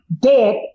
dead